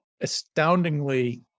astoundingly